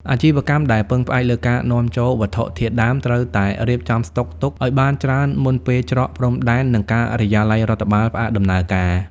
អាជីវកម្មដែលពឹងផ្អែកលើការនាំចូលវត្ថុធាតុដើម ត្រូវតែរៀបចំស្តុកទុកឱ្យបានច្រើនមុនពេលច្រកព្រំដែន និងការិយាល័យរដ្ឋបាលផ្អាកដំណើរការ។